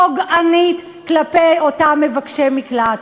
פוגענית, כלפי אותם מבקשי מקלט.